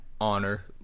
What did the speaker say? honor